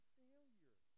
failure